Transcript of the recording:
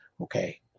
Okay